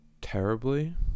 terribly